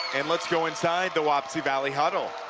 and let's go inside the wapsie valley huddle